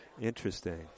Interesting